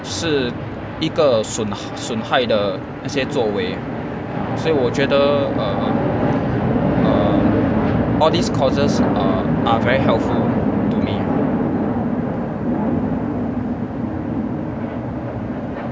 是一个损损害的那些作为所以我觉得 err err all these courses err very helpful to me